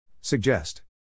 Suggest